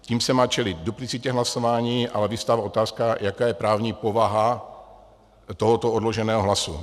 Tím se má čelit duplicitě hlasování, ale vyvstává otázka, jaká je právní povaha tohoto odloženého hlasu.